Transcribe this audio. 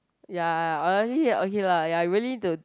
ya honestly okay lah ya I willing to